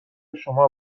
شما